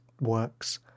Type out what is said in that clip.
works